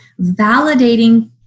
validating